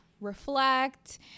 reflect